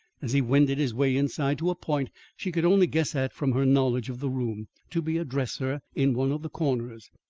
as he wended his way inside to a point she could only guess at from her knowledge of the room, to be a dresser in one of the corners.